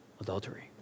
adultery